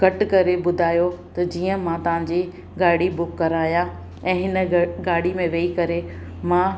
घटि करे ॿुधायो त जीअं मां तव्हां जी गाॾी बुक करायां ऐं हिन गॾ गाॾी में वेही करे मां